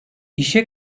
i̇şe